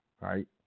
right